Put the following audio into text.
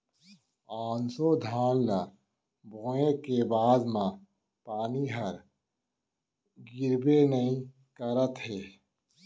ऑसो धान ल बोए के बाद म पानी ह गिरबे नइ करत हे